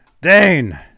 Dane